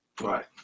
Right